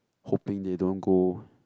hoping they don't go